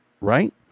Right